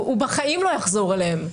בחיים הוא לא יחזור אליהם.